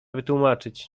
wytłumaczyć